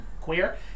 queer